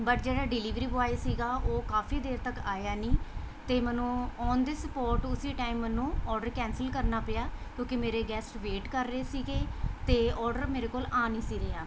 but ਜਿਹੜਾ delivery boy ਸੀਗਾ ਉਹ ਕਾਫੀ ਦੇਰ ਤੱਕ ਆਇਆ ਨਹੀਂ ਅਤੇ ਮੈਨੂੰ ਓਨ ਦੀ ਸਪੋਟ ਉਸੇ ਟਾਈਮ ਮੈਨੂੰ ਔਡਰ ਕੈਂਸਲ ਕਰਨਾ ਪਿਆ ਕਿਉਂਕਿ ਮੇਰੇ ਗੈਸਟ ਵੇਟ ਕਰ ਰਹੇ ਸੀਗੇ ਅਤੇ ਔਡਰ ਮੇਰੇ ਕੋਲ ਆ ਨਹੀਂ ਸੀ ਰਿਹਾ